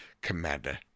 Commander